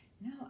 No